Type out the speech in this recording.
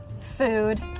food